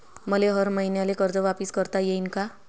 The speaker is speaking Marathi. मले हर मईन्याले कर्ज वापिस करता येईन का?